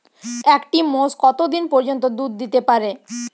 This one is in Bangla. একটি মোষ কত দিন পর্যন্ত দুধ দিতে পারে?